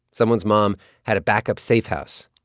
someone's mom had a backup safehouse.